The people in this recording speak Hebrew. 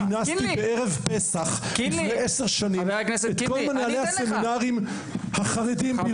בערב בפסח לפני עשר שנים כינסתי את כל מנהלי הסמינרים בירושלים,